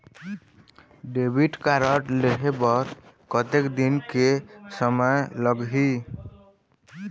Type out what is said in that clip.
Debit card लेहे बर कतेक दिन के समय लगही?